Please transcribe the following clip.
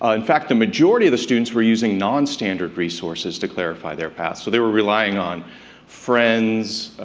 ah in fact, the majority of the students were using non-standard resources to clarify their path, so they were relying on friends,